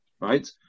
right